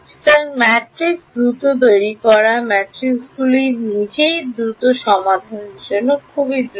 সুতরাং ম্যাট্রিক্সগুলি দ্রুত তৈরি করা ম্যাট্রিক্সগুলি নিজেই দ্রুত সমাধানের জন্য এটিও দ্রুত